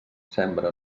sembra